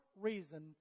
reason